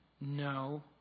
No